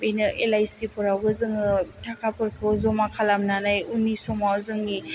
बेबायदिनो एलआइसि फोरावबो जोङो थाखाफोरखौ जमा खालामनानै उननि समाव जोंनि